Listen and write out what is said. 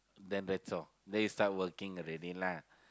then that's all then you start working already lah